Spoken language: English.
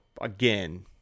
again